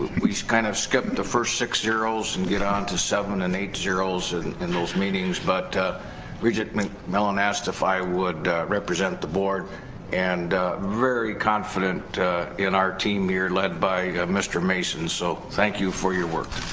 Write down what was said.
we kind of skipped the first six zeros and get on to seven and eight zeros in those meetings but bridget minh mellon asked if i would represent the board and very confident in our team here led by mr. mason so thank you for your work